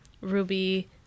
Ruby